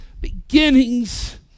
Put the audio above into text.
beginnings